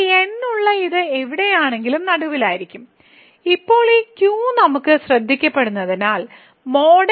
ഈ N ഉള്ള ഇത് എവിടെയെങ്കിലും നടുവിലായിരിക്കും ഇപ്പോൾ ഈ q നമുക്ക് ശ്രദ്ധിക്കപ്പെടുന്നതിനാൽ | x | N 1